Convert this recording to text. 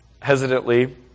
hesitantly